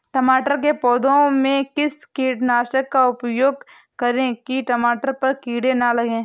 टमाटर के पौधे में किस कीटनाशक का उपयोग करें कि टमाटर पर कीड़े न लगें?